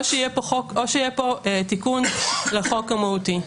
או שיהיה פה חוק או שיהיה פה תיקון לחוק המהותי.